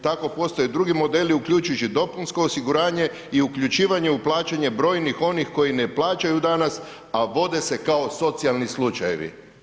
Tako postoje drugi modeli uključujući dopunsko osiguranje i uključivanje u plaćanje brojnih onih koji ne plaćaju danas, a vode se kao socijalni slučajevi.